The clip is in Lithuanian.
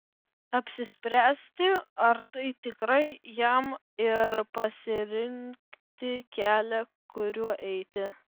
apsispręsti ar tai tikrai jam ir pasirinkti kelią kuriuo eiti